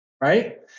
Right